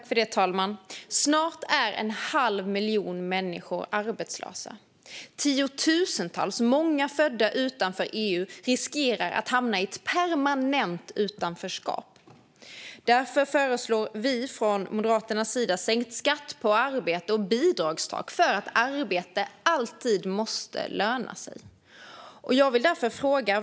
Fru talman! Snart är en halv miljon människor arbetslösa. Tiotusentals, många födda utanför EU, riskerar att hamna i ett permanent utanförskap. Därför föreslår vi från Moderaternas sida sänkt skatt på arbete och bidragstak. Arbete måste nämligen alltid löna sig.